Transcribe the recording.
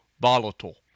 volatile